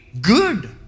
Good